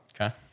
Okay